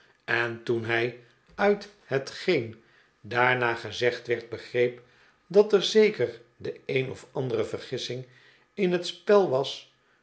en toen hij uit hetgeen daarna gezegd werd begreep dat er zeker de een of andere vergissing in het spel was